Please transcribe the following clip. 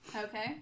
Okay